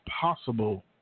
possible